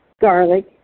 garlic